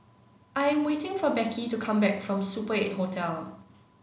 I am waiting for Beckie to come back from Super Eight Hotel